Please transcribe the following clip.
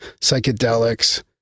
psychedelics